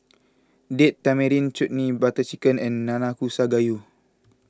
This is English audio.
Date Tamarind Chutney Butter Chicken and Nanakusa Gayu